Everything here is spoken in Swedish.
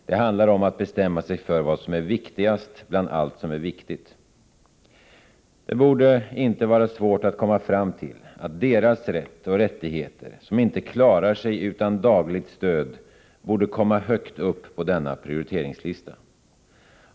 Det handlar om att bestämma sig för vad som är viktigast bland allt som är viktigt. Det borde inte vara svårt att komma fram till att deras rätt och rättigheter som inte klarar sig utan dagligt stöd borde komma högt upp på denna prioriteringslista.